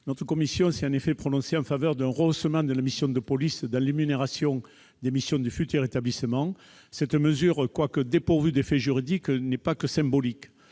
En effet, elle s'est prononcée en faveur d'un rehaussement de la mission de police dans l'énumération des missions du futur établissement. Cette mesure, quoique dépourvue d'effets juridiques, n'est pas uniquement symbolique.